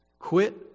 Quit